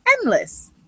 endless